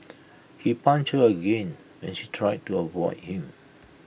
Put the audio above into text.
he punched her again when she tried to avoid him